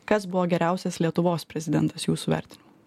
kas buvo geriausias lietuvos prezidentas jūsų vertinimu